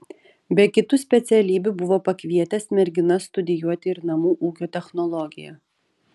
be kitų specialybių buvo pakvietęs merginas studijuoti ir namų ūkio technologiją